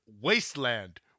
wasteland